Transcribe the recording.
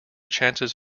chances